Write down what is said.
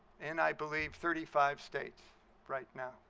in i believe thirty five states right now.